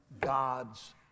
God's